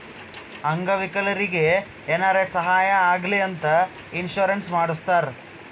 ಅಂಗ ವಿಕಲರಿಗಿ ಏನಾರೇ ಸಾಹಾಯ ಆಗ್ಲಿ ಅಂತ ಇನ್ಸೂರೆನ್ಸ್ ಮಾಡಸ್ತಾರ್